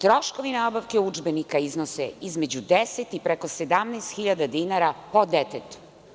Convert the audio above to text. Troškovi nabavke udžbenika iznose između 10 i preko 17.000 dinara po detetu.